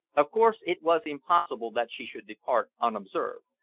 of course it was impossible that she should depart unobserved,